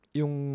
yung